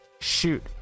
Shoot